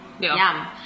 Yum